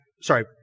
sorry